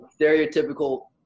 stereotypical